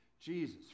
Jesus